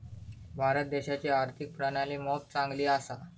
भारत देशाची आर्थिक प्रणाली मोप चांगली असा